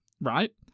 right